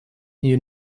you